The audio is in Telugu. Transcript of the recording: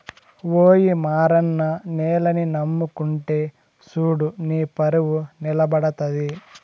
ఓయి మారన్న నేలని నమ్ముకుంటే సూడు నీపరువు నిలబడతది